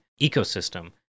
ecosystem